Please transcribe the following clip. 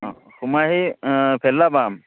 অঁ সোমায় সেই ভেল্লা পাম